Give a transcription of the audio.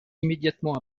immédiatement